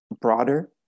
broader